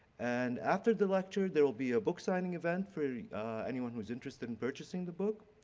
and after the lecture there will be a book signing event for anyone who's interested in purchasing the book.